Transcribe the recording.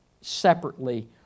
separately